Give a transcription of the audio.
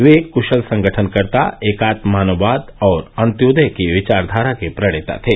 वे एक क्शल संगठनकर्ता एकात्म मानववाद और अंत्योदय की विचारधारा के प्रणेता थे